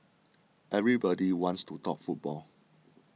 everybody wants to talk football